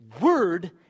word